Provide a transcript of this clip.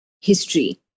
history